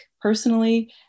personally